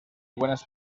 buenas